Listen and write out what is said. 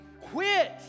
quit